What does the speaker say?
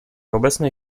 obecnej